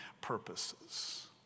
purposes